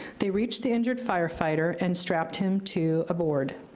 they reached the injured firefighter and strapped him to a board.